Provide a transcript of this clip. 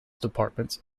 departments